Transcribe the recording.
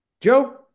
Joe